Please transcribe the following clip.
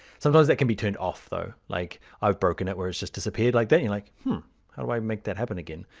sometimes that can be turned off though. like i've broken it where it's just disappeared like that, and i'm like how do i make that happen again?